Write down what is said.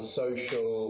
social